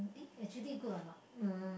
eh actually good or not um